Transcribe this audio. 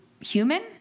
human